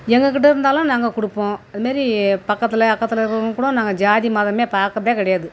எங்கள்கிட்ட இருந்தாலும் நாங்கள் கொடுப்போம் அதுமாரி பக்கத்தில் அக்கத்தில் இருக்கிறவங்களுக்கு கூடும் நாங்கள் ஜாதி மதமே பார்க்கறதே கிடையாது